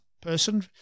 person